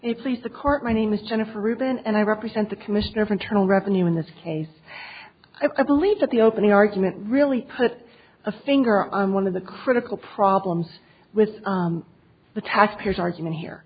please the court my name is jennifer rubin and i represent the commissioner for internal revenue in this case i believe that the opening argument really put a finger on one of the critical problems with the tax payers argument here